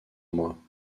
moi